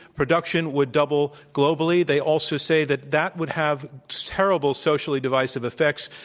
production would double globally, they also say that that would have terrible socially divisive effects